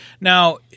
Now